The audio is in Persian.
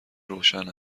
روشن